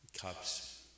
cups